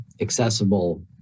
accessible